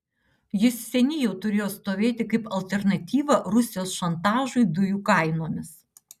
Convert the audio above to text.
jis seniai jau turėjo stovėti kaip alternatyva rusijos šantažui dujų kainomis